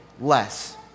less